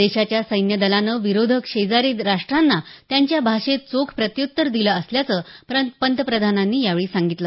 देशाच्या सैन्यदलानं विरोधक शेजारी राष्ट्रांना त्यांच्या भाषेत चोख प्रत्युत्तर दिलं असल्याचं पंतप्रधानांनी यावेळी सांगितलं